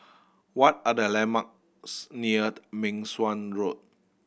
what are the landmarks near Meng Suan Road